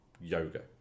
yoga